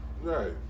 Right